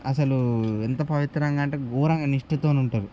అసలు ఎంత పవిత్రంగా అంటే ఘోరంగా నిష్టతోని ఉంటారు